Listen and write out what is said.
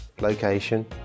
location